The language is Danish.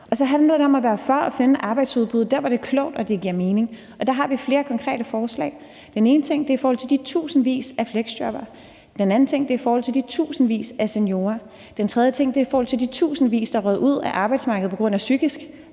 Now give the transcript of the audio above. Og så handler om at være for at finde et arbejdsudbud der, hvor det er klogt, og hvor det giver mening, og der har vi flere konkrete forslag. Den ene ting er i forhold til de tusindvis af fleksjobbere, og den anden ting er i forhold til de tusindvis af seniorer, og den tredje ting er i forhold til de tusindvis, der er røget ud af arbejdsmarkedet på grund af psykiske